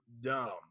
dumb